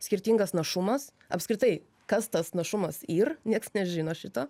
skirtingas našumas apskritai kas tas našumas yr nieks nežino šito